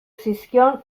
zizkion